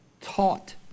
taught